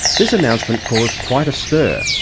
this announcement caused quite a stir,